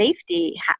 safety